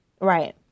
right